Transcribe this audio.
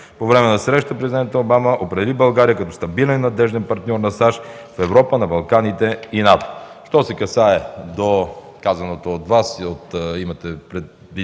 По време на срещата президентът Обама определи България като стабилен и надежден партньор на САЩ в Европа, на Балканите и НАТО. Що се касае до казаното от Вас – имате предвид